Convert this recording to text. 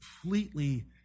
completely